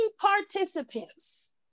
participants